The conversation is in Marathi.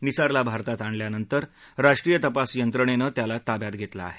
निसारला भारतात आणल्यानंतर राष्ट्रीय तपास यंत्रणेनं त्याला ताब्यात घेतलं आहे